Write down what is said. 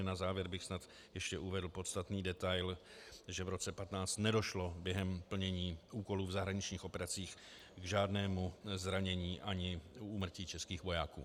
Na závěr bych snad ještě uvedl podstatný detail, že v roce 2015 nedošlo během plnění úkolů v zahraničních operacích k žádnému zranění ani úmrtí českých vojáků.